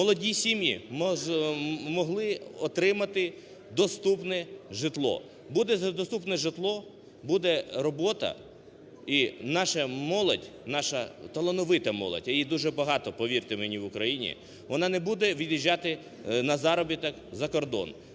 молоді сім'ї могли отримати доступне житло. Буде доступне житло, буде робота. І наша молодь, наша талановита молодь, а її дуже багато, повірте мені, в Україні, вона не буде від'їжджати на заробіток за кордон.